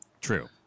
True